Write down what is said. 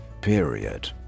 period